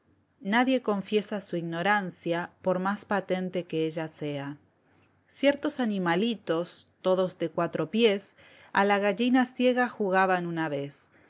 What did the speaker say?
ella es una fábula lix el topo y otros animales nadie confiesa su ignorancia por más patente que ella sea ciertos animalitos todos de cuatro pies a la gallina ciega jugaban una vez